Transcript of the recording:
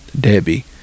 Debbie